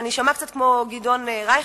ואני אשמע קצת כמו גדעון רייכר,